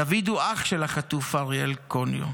ודוד הוא אח של החטוף אריאל קוניו,